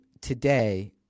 today